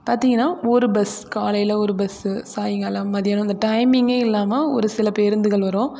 பார்த்திங்கன்னா ஒரு பஸ் காலையில ஒரு பஸ் சாய்ங்காலம் மதியானம் இந்த டைமிங்கே இல்லாமல் சில பேருந்துகள் வரும்